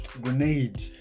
Grenade